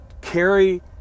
carry